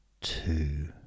Two